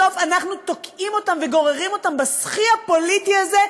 בסוף אנחנו תוקעים אותם וגוררים אותם בסחי הפוליטי הזה,